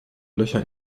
löcher